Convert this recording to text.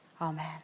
amen